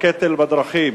הקטל בדרכים.